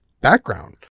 background